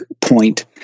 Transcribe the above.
point